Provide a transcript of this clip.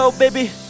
Baby